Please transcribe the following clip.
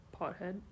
pothead